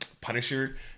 Punisher